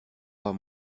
pas